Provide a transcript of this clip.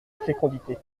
fécondité